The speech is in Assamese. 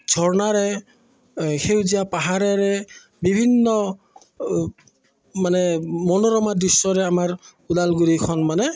ঝৰ্ণাৰে সেউজীয়া পাহাৰেৰে বিভিন্ন মানে মনোৰমা দৃশ্যৰে আমাৰ ওদালগুৰিখন মানে